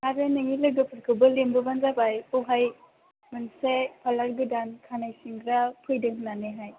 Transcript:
आरो नोंनि लोगोफोरखौबो लेंबोबानो जाबाय बहाय मोनसे पार्लर गोदान खानाइ सिनग्रा फैदों होननानैहाय